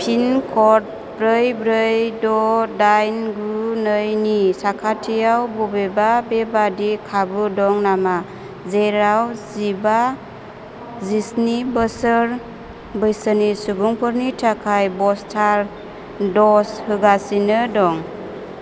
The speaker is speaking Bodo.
पिन क'ड ब्रै ब्रै द' दाइन गु नै नि साखाथियाव बबेबा बेबादि खाबु दं नामा जेराव जिबा जिस्नि बोसोर बैसोनि सुबुंफोरनि थाखाय बुस्टार द'ज होगासिनो दं